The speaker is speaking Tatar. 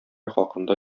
хакында